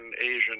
Asian